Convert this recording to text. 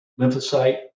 lymphocyte